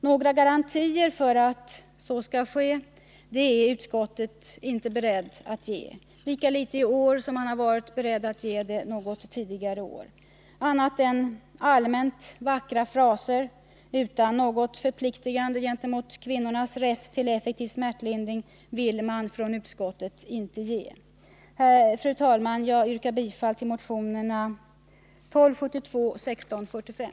Några garantier för att så skall ske är utskottet inte berett att ge — lika litet som man varit beredd att ge sådana garantier tidigare. Annat än allmänt vackra fraser utan något förpliktigande i fråga om kvinnornas rätt till effektiv smärtlindring vill man från utskottet inte ge. Fru talman! Jag yrkar bifall till motionerna 1272 och 1645.